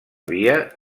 via